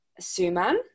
Suman